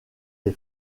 des